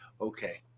Okay